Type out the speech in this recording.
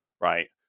right